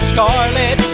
Scarlet